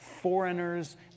foreigners